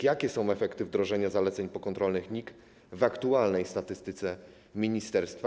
Jakie są efekty wdrożenia zaleceń pokontrolnych NIK w aktualnej statystyce ministerstwa?